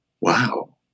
Wow